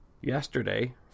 Yesterday